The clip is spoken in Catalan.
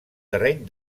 terreny